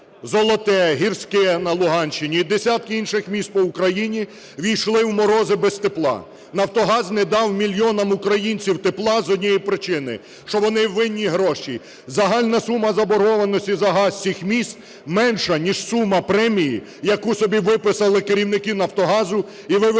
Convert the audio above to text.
Золоте, Гірське на Луганщині і десятки інших міст по Україні - ввійшли у морози без тепла. "Нафтогаз" не дав мільйонам українців тепла з однієї причини: що вони винні гроші. Загальна сума заборгованості за газ цих міст менша, ніж сума премії, яку собі виписали керівники "Нафтогазу" і вивели